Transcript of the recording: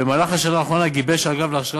במהלך השנה האחרונה גיבש האגף להכשרה